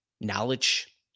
knowledge